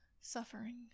suffering